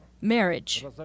marriage